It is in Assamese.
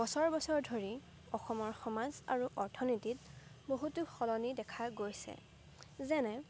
বছৰ বছৰ ধৰি অসমৰ সমাজ আৰু অৰ্থনীতিত বহুতো সলনি দেখা গৈছে যেনে